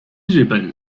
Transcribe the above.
日本